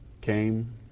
came